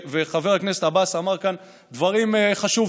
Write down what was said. וחבר הכנסת עבאס אמר כאן דברים חשובים,